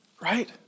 right